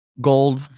gold